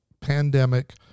pandemic